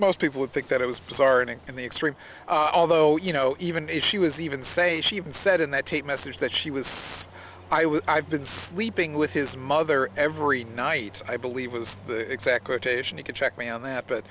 most people would think that it was bizarre and in the extreme although you know even if she was even say she even said in that tape message that she was i was i've been sleeping with his mother every night i believe was the exact quotation you can check me on that but